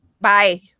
Bye